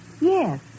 Yes